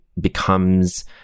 becomes